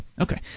Okay